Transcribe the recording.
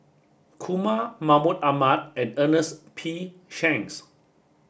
Kumar Mahmud Ahmad and Ernest P Shanks